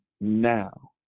now